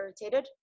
irritated